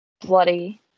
bloody